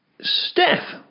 Steph